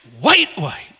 white-white